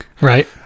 Right